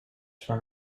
from